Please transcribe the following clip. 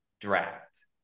draft